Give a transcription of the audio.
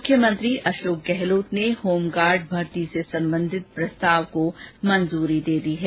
मुख्यमंत्री अशोक गहलोत ने होमगार्ड भर्ती से संबंधित प्रस्ताव को मंजूरी दे दी है